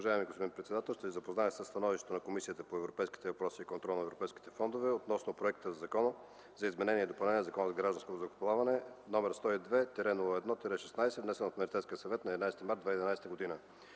Уважаеми господин председател, ще ви запозная със: „СТАНОВИЩЕ на Комисията по европейските въпроси и контрол на европейските фондове относно проект на Закон за изменение и допълнение на Закона за гражданското въздухоплаване, № 102-01-16, внесен от Министерския съвет на 11 март 2011 г.